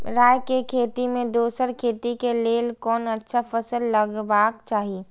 राय के खेती मे दोसर खेती के लेल कोन अच्छा फसल लगवाक चाहिँ?